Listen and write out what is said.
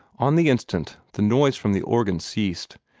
on the instant the noise from the organ ceased,